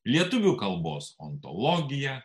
lietuvių kalbos ontologiją